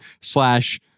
slash